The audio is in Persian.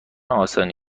آسانی